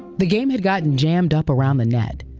the game had gotten jammed up around the net.